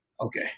Okay